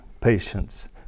patience